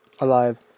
alive